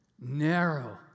narrow